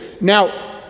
now